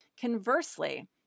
Conversely